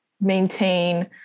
maintain